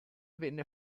venne